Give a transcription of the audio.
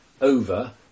over